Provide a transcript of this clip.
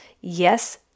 Yes